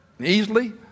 easily